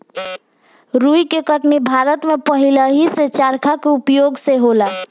रुई के कटनी भारत में पहिलेही से चरखा के उपयोग से होला